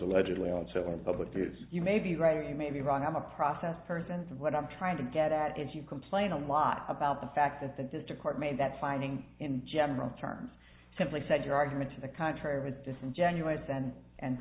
allegedly also in public because you may be right you may be wrong i'm a process person what i'm trying to get at is you complain a lot about the fact that the district court made that finding in general terms simply said your argument to the contrary was disingenuous and and